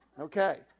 okay